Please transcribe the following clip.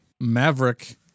maverick